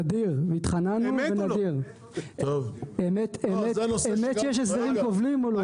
נדיר, התחננו ונדיר, אמת שיש הסדרים כובלים או לא?